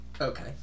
okay